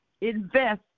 invest